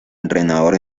entrenador